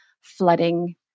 flooding